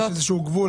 יש איזשהו גבול.